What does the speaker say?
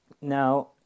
Now